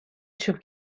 چوب